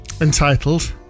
entitled